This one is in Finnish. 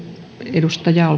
edustaja